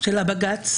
של הבג"ץ,